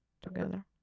together